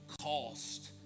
cost